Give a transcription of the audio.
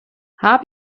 habe